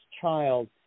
child